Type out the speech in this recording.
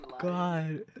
God